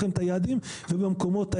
עוד רגע אני אציג לכם את היעדים במקומות האלה.